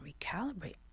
recalibrate